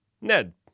Ned